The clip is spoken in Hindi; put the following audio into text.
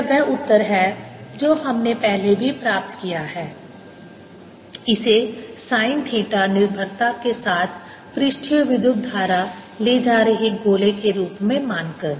यह वह उत्तर है जो हमने पहले भी प्राप्त किया है इसे sin थीटा निर्भरता के साथ पृष्ठीय विद्युत धारा ले जा रहे गोले के रूप में मानकर